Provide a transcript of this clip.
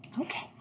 Okay